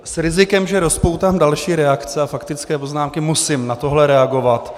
S rizikem, že rozpoutám další reakce a faktické poznámky, musím na tohle reagovat.